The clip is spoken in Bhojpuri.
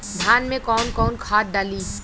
धान में कौन कौनखाद डाली?